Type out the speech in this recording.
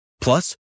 Plus